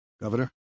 Governor